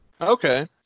okay